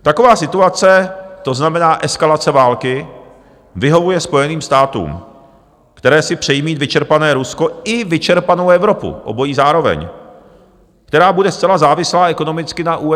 Taková situace, to znamená eskalace války, vyhovuje Spojeným státům, které si přejí mít vyčerpané Rusko i vyčerpanou Evropu, obojí zároveň, která bude zcela závislá ekonomicky na USA.